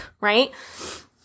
right